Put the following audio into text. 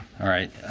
all right.